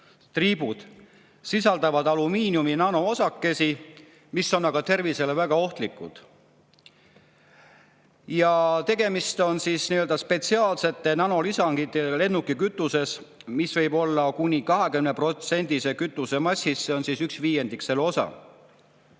‑triibud sisaldavad alumiiniumi nanoosakesi, mis on tervisele väga ohtlikud. Tegemist on spetsiaalsete nanolisanditega lennukikütuses, mida võib olla kuni 20% kütuse massist. See on üks viiendik osa.